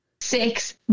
Six